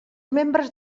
membres